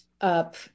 up